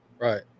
right